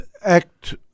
act